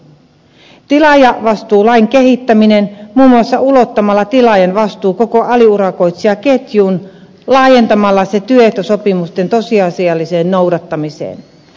tilaajavastuulakia kehitetään muun muassa ulottamalla tilaajan vastuu koko aliurakoitsijaketjuun laajentamalla se työehtosopimusten tosiasialliseen noudattamiseen